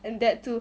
and that too